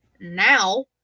now